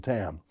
Tam